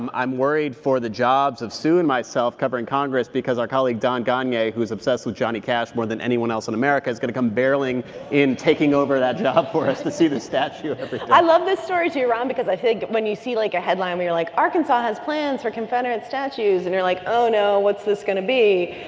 i'm worried for the jobs of sue and myself covering congress because our colleague don gonyea, who is obsessed with johnny cash more than anyone else in america, is going to come barreling in, taking over that job for us to see the statue every day i love this story too, ron because i think when you see, like, a headline where you're like, arkansas has plans for confederate statues. and you're like, oh, no, what's this going to be.